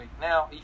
now